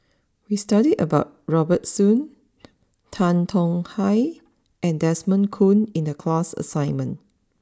we studied about Robert Soon Tan Tong Hye and Desmond Kon in the class assignment